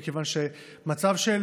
מכיוון שמצב של